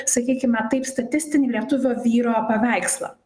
sakykime taip statistinį lietuvio vyro paveikslą